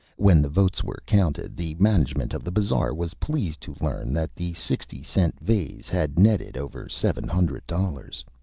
when the votes were counted, the management of the bazaar was pleased to learn that the sixty-cent vase had netted over seven hundred dollars.